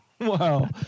Wow